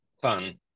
fun